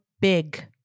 big